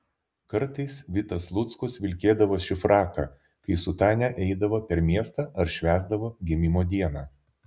kartais vitas luckus vilkėdavo šį fraką kai su tania eidavo per miestą ar švęsdavo gimimo dieną